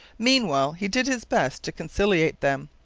meanwhile he did his best to conciliate them.